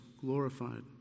glorified